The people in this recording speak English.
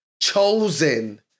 chosen